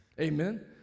Amen